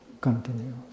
continues